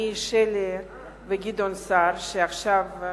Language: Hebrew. אני, שלי וגדעון סער, שעכשיו הוא